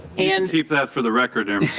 and keep that for the record, and